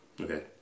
Okay